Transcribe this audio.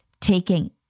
taking